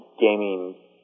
gaming